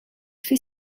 fait